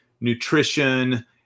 nutrition